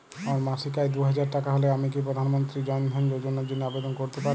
আমার মাসিক আয় দুহাজার টাকা হলে আমি কি প্রধান মন্ত্রী জন ধন যোজনার জন্য আবেদন করতে পারি?